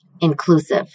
Inclusive